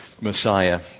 Messiah